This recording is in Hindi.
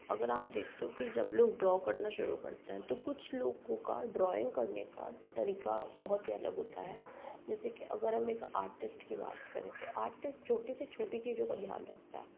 अगर आप देखते हो के जब लोग ड्रा करना शुरू करते हैं तो कुछ लोगों का ड्राइंग करने का तरीका बहुत ही अलग होता है जैसे के अगर हम एक आर्टिस्ट की बात करें तो आर्टिस्ट छोटी से छोटी चीज़ों का ध्यान रखता है